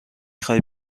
خوای